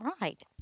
Right